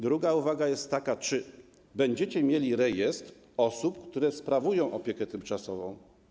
Druga uwaga jest taka: Czy będziecie mieli rejestr osób, które sprawują opiekę tymczasową?